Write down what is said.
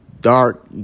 dark